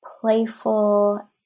playful